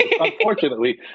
unfortunately